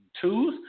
twos